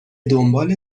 دنبال